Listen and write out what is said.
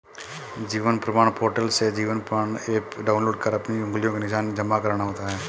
जीवन प्रमाण पोर्टल से जीवन प्रमाण एप डाउनलोड कर अपनी उंगलियों के निशान जमा करना होता है